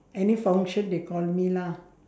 any function they call me lah